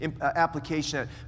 application